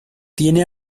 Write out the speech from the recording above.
tiene